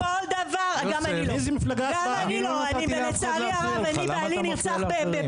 אני לא נתתי לאף אחד להפריע לך,